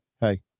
Hey